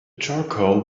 charcoal